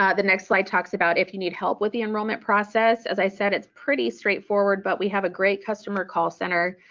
ah the next slide talks about if you need help with the enrollment process, as i said it's pretty straightforward, but we have a great customer call center.